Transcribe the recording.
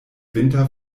winter